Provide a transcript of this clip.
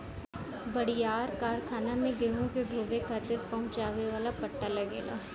बड़ियार कारखाना में गेहूं के ढोवे खातिर पहुंचावे वाला पट्टा लगेला